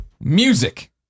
music